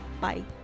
Bye